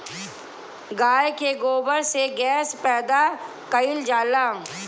गाय के गोबर से गैस पैदा कइल जाला